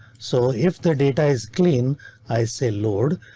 so if the data is clean i say load.